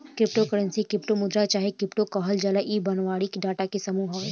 crypto currency के crypto मुद्रा चाहे क्रिप्टो कहल जाला इ बाइनरी डाटा के समूह हवे